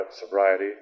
sobriety